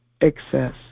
excess